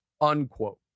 unquote